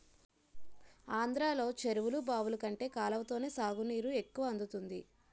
ఆంధ్రలో చెరువులు, బావులు కంటే కాలవతోనే సాగునీరు ఎక్కువ అందుతుంది